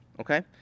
okay